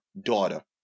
daughter